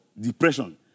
depression